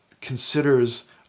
considers